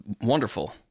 wonderful